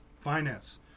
finance